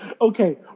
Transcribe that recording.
Okay